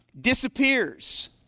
disappears